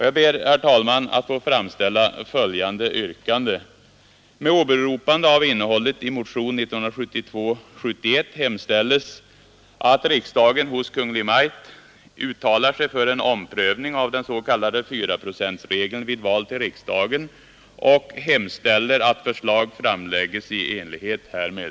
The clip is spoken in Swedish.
Jag ber, herr talman, att med åberopande av innehållet i motionen få yrka att riksdagen hos Kungl. Maj:t uttalar sig för en omprövning av den s.k. fyraprocentregeln vid val till riksdagen och hemställer att förslag framlägges i enlighet härmed.